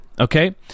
Okay